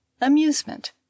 Amusement